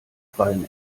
qualm